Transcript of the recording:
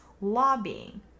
lobbying